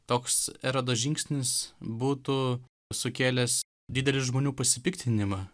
toks erodo žingsnis būtų sukėlęs didelį žmonių pasipiktinimą